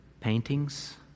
paintings